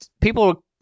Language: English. people